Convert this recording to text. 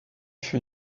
fut